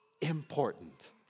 important